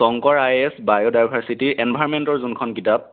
Shankar I A S biodiversity এনভাইৰণমেণ্টৰ যোনখন কিতাপ